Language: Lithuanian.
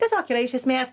tiesiog yra iš esmės